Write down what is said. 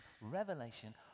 revelation